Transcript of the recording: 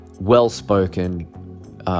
well-spoken